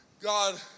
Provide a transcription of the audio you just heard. God